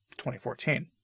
2014